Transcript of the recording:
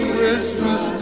Christmas